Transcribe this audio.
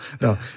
no